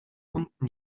unten